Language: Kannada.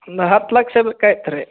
ಒಂದು ಹತ್ತು ಲಕ್ಷ ಬೇಕಾಗಿತ್ತು ರೀ